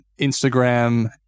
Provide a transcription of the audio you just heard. Instagram